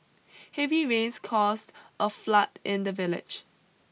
heavy rains caused a flood in the village